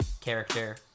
character